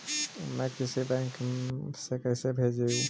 मैं किसी बैंक से कैसे भेजेऊ